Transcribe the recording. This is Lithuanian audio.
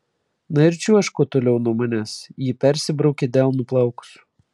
na ir čiuožk kuo toliau nuo manęs ji persibraukė delnu plaukus